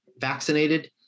Vaccinated